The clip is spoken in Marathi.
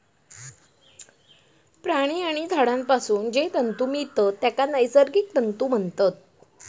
प्राणी आणि झाडांपासून जे तंतु मिळतत तेंका नैसर्गिक तंतु म्हणतत